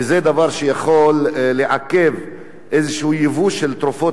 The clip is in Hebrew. וזה דבר שעלול לעכב איזה ייבוא של תרופות